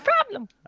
problem